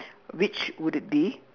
which would it be